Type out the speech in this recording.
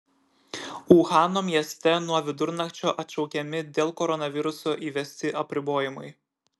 uhano mieste nuo vidurnakčio atšaukiami dėl koronaviruso įvesti apribojimai